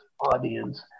audience